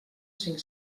cinc